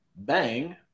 Bang